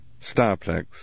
Starplex